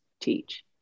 teach